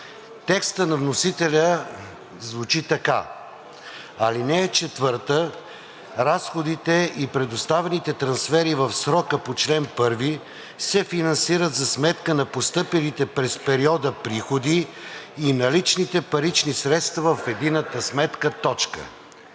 Текстът на вносителя звучи така: „(4) Разходите и предоставените трансфери в срока по чл. 1 се финансират за сметка на постъпилите през периода приходи и наличните парични средства в единната сметка.“